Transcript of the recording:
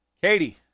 Katie